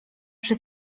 przy